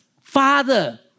Father